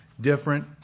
different